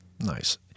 nice